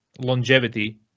longevity